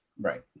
Right